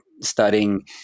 studying